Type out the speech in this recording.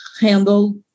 handle